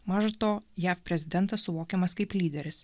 maža to jav prezidentas suvokiamas kaip lyderis